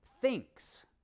thinks